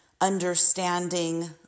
understanding